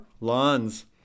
lawns